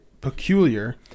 peculiar